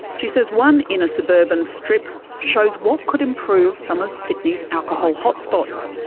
she says one inner suburban strip shows what could improve some of sydney's alcohol hot spots.